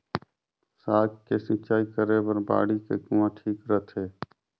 साग के सिंचाई करे बर बाड़ी मे कुआँ ठीक रहथे?